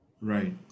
Right